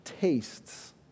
tastes